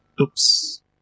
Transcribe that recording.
Oops